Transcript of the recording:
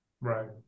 Right